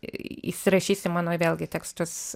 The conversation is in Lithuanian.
įsirašys į mano vėlgi tekstus